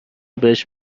بهش